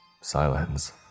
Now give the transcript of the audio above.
Silence